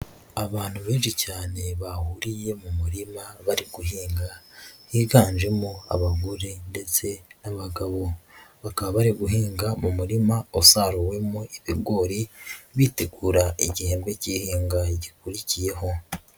Abantu benshi cyane, bahuriye mu murima bari guhinga, higanjemo abagore ndetse n'abagabo. Bakaba bari guhinga mu murima usaruwemo ibigori, bitegura igihembwe cy'ihinga gikurikiyeho.